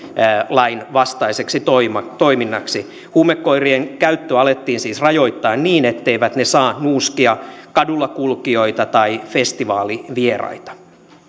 lainvastaiseksi toiminnaksi toiminnaksi huumekoirien käyttöä alettiin siis rajoittaa niin etteivät ne saa nuuskia kadulla kulkijoita tai festivaalivieraita